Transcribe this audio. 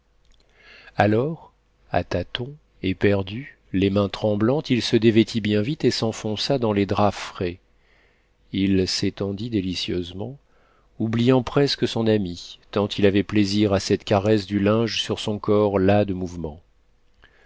alors à tâtons éperdu les mains tremblantes il se dévêtit bien vite et s'enfonça dans les draps frais il s'étendit délicieusement oubliant presque son amie tant il avait plaisir à cette caresse du linge sur son corps las de mouvement